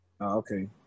okay